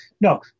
No